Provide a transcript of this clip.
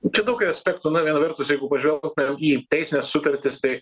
čia daug yra aspektų na viena vertus jeigu pažvelgtumėm į teisines sutartis tai